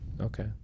Okay